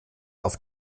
auf